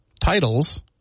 titles